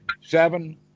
seven